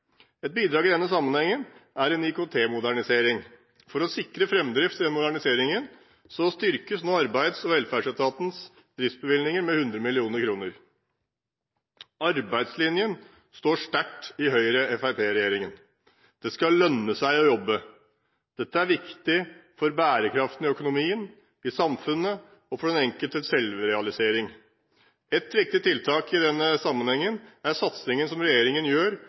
Et bidrag i denne sammenhengen er en IKT-modernisering. For å sikre framdrift i den moderniseringen styrkes nå Arbeids- og velferdsetatens driftsbevilgning med 100 mill. kr. Arbeidslinjen står sterkt i Høyre–Fremskrittsparti-regjeringen. Det skal lønne seg å jobbe. Dette er viktig for bærekraften i økonomien, i samfunnet og for den enkeltes selvrealisering. Et viktig tiltak i denne sammenhengen er satsingen regjeringen gjør